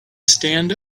stand